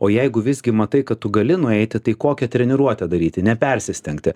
o jeigu visgi matai kad tu gali nueiti tai kokią treniruotę daryti nepersistengti